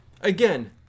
again